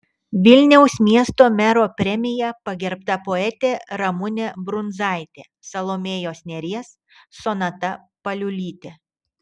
vilniaus miesto mero premija pagerbta poetė ramunė brundzaitė salomėjos nėries sonata paliulytė